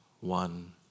one